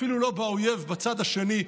אפילו לא באויב בצד השני,